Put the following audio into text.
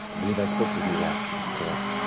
believe i spoke with you last, correct?